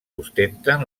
ostenten